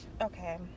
okay